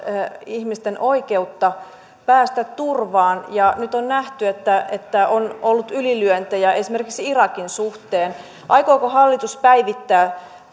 ihmisten oikeutta päästä turvaan ja nyt on nähty että että on ollut ylilyöntejä esimerkiksi irakin suhteen aikooko hallitus päivittää